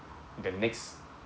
the next